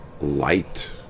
light